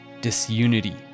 Disunity